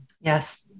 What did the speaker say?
Yes